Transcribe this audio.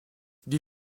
die